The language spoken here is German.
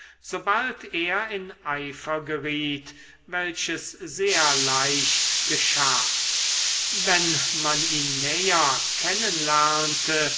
sobald er in eifer geriet welches sehr leicht geschah wenn man ihn näher